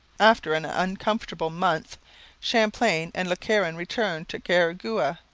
after an uncomfortable month champlain and le caron returned to carhagouha,